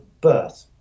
birth